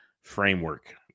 framework